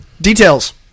Details